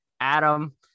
Adam